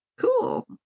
cool